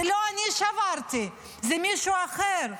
זה לא אני שברתי, זה מישהו אחר.